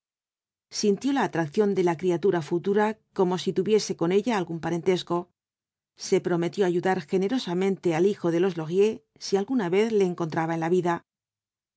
sintió la acracción de la criatura futura como si tuviese con ella algún parentesco se prometió ayudar generosamente al hijo de ios laurier si alguna vez le encontraba en la vida